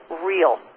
real